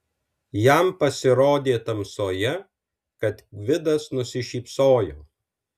jam pasirodė tamsoje kad gvidas nusišypsojo